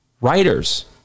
writers